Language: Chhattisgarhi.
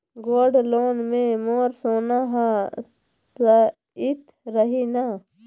गोल्ड लोन मे मोर सोना हा सइत रही न?